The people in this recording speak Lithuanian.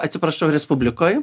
atsiprašau respublikoj